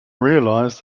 realize